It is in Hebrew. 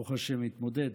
ברוך השם הוא מתמודד.